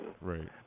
right